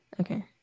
Okay